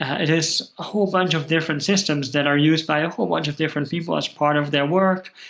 it is a whole bunch of different systems that are used by a whole bunch of different people as part of their work,